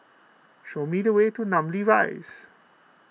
show me the way to Namly Rise